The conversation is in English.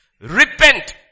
Repent